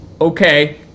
Okay